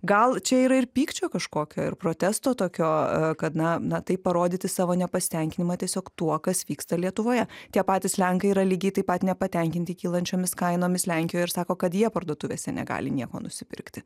gal čia yra ir pykčio kažkokio ir protesto tokio kad na na taip parodyti savo nepasitenkinimą tiesiog tuo kas vyksta lietuvoje tie patys lenkai yra lygiai taip pat nepatenkinti kylančiomis kainomis lenkijoj ir sako kad jie parduotuvėse negali nieko nusipirkti